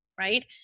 right